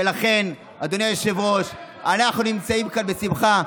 ולכן, אדוני היושב-ראש, אנחנו נמצאים כאן בשמחה.